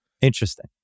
Interesting